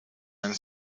and